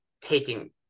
taking